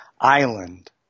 island